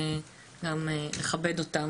וגם לכבד אותם,